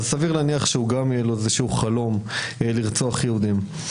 אז סביר להניח שיהיה לו חלום גם לרצוח יהודים,